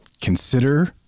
consider